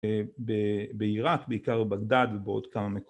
‫בעיראק, בעיקר בגדד ובעוד כמה מקומות.